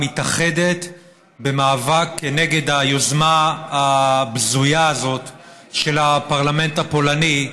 מתאחדת במאבק כנגד היוזמה הבזויה הזאת של הפרלמנט הפולני,